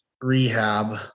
rehab